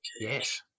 Yes